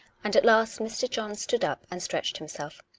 and at last mr. john stood up and stretched himself.